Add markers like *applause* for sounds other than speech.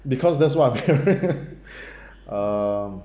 because that's what I'm *noise* hearing *noise* um